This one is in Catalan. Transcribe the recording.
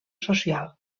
social